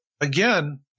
again